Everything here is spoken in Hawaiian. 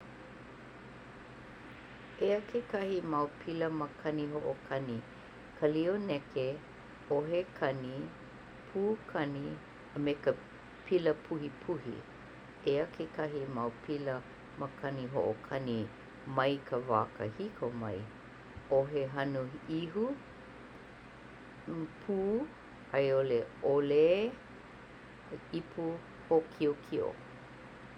Eia ke kahi mau pila makani ho'okani, kaiokneke, 'ohe kani, pū kani a me ka pila puhipuhi. Eia ke kahi mau pila makani ho'okani mai ka wā kahiko mai, 'ohe hano 'ihu, pū ai'ole 'olē, ipu hokiokio.